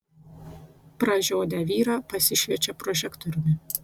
pražiodę vyrą pasišviečia prožektoriumi